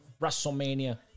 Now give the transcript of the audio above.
Wrestlemania